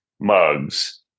mugs